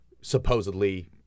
supposedly